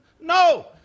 No